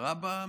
שרה במליאה?